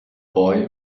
boy